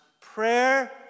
Prayer